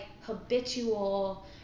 habitual